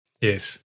Yes